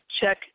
check